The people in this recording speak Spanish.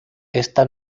esta